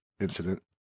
incident